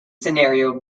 scenario